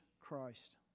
Christ